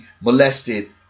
molested